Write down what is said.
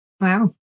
Wow